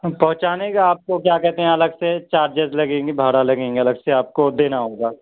پہنچانے کا آپ کو کیا کہتے ہیں الگ سے چارجز لگیں گے بھاڑہ لگیں گے الگ سے آپ کو دینا ہوگا